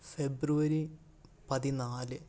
ഫെബ്രുവരി പതിനാല്